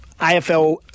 AFL